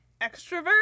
extrovert